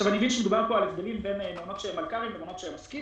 אני מבין שמדובר פה על הבדלים בין מעונות של מלכ"רים למעונות של עוסקים.